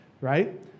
Right